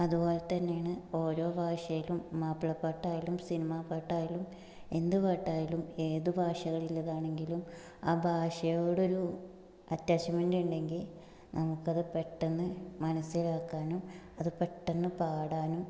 അതുപോലെ തന്നെയാണ് ഓരോ ഭാഷയിലും മാപ്പിള പാട്ടായാലും സിനിമ പാട്ടായാലും എന്ത് പാട്ടായാലും ഏത് ഭാഷകളിലേതാണെങ്കിലും ആ ഭാഷയോടൊരു അറ്റാച്ച്മെന്റ് ഉണ്ടെങ്കിൽ നമുക്കത് പെട്ടെന്ന് മനസ്സിലാക്കാനും അത് പെട്ടെന്ന് പാടാനും